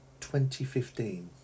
2015